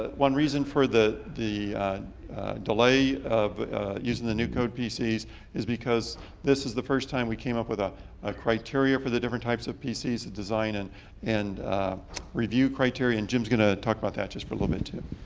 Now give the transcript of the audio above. ah one reason for the delay delay of using the new code pcs is because this is the first time we came up with a ah criteria for the different types of pcs, the design and and review criteria. and jim's gonna talk about that just for a little bit too.